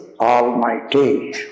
Almighty